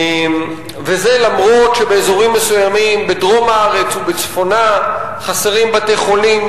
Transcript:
וזה למרות שבאזורים מסוימים בדרום הארץ ובצפונה חסרים בתי-חולים,